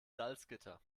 salzgitter